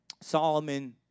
Solomon